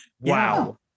Wow